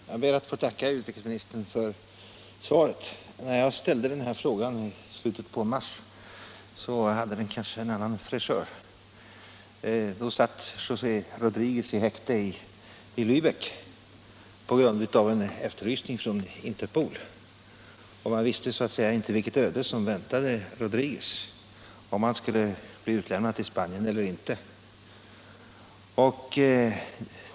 Herr talman! Jag ber att få tacka utrikesministern för svaret. När jag ställde den här frågan i slutet av mars hade den kanske en annan fräschör. Då satt José Rodriguez i häkte i Läbeck med anledning av en efterlysning av Interpol. Man visste så att säga inte vilket öde som väntade Rodriguez, om han skulle bli utlämnad till Spanien eller inte.